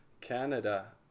Canada